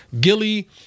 Gilly